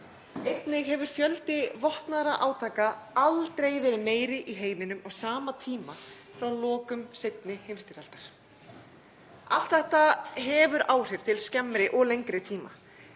Einnig hefur fjöldi vopnaðra átaka aldrei verið meiri í heiminum á sama tíma frá lokum seinni heimsstyrjaldar. Allt þetta hefur áhrif til skemmri og lengri tíma.